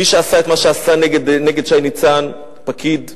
מי שעשה את מה שעשה נגד שי ניצן, פקיד וכו'